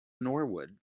norwood